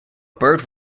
bird